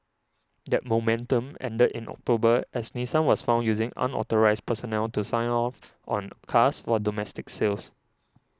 that momentum ended in October as Nissan was found using unauthorised personnel to sign off on cars for domestic sales